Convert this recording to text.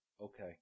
Okay